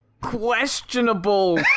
Questionable